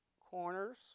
corners